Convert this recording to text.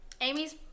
Amy's